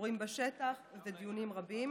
סיורים בשטח ודיונים רבים,